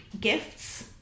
gifts